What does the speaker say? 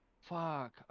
fuck